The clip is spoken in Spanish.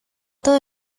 todo